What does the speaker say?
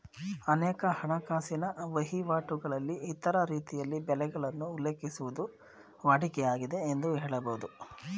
ಅನೇಕ ಹಣಕಾಸಿನ ವಹಿವಾಟುಗಳಲ್ಲಿ ಇತರ ರೀತಿಯಲ್ಲಿ ಬೆಲೆಗಳನ್ನು ಉಲ್ಲೇಖಿಸುವುದು ವಾಡಿಕೆ ಆಗಿದೆ ಎಂದು ಹೇಳಬಹುದು